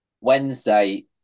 Wednesday